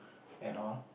at all